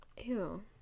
Ew